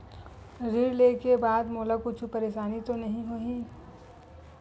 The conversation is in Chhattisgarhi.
ऋण लेके बाद मोला कुछु परेशानी तो नहीं होही?